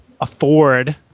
afford